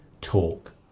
talk